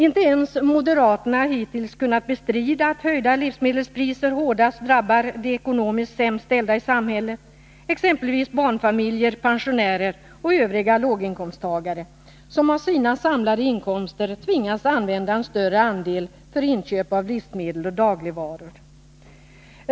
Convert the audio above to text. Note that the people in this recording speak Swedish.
Inte ens moderaterna har hittills kunnat bestrida att höjda livsmedelspriser hårdast drabbar de ekonomiskt sämst ställda i samhället, exempelvis barnfamiljer, pensionärer och övriga låginkomsttagare, som av sina samlade inkomster tvingas använda en större andel för inköp av livsmedel och dagligvaror.